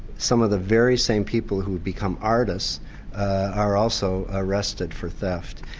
some of the very same people who become artists are also arrested for theft.